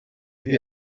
the